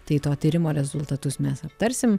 tai to tyrimo rezultatus mes aptarsim